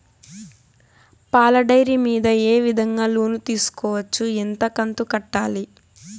పాల డైరీ మీద ఏ విధంగా లోను తీసుకోవచ్చు? ఎంత కంతు కట్టాలి?